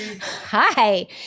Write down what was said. Hi